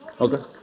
Okay